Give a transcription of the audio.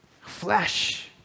Flesh